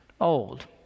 old